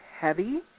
heavy